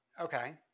Okay